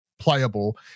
playable